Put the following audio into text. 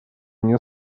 мне